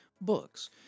books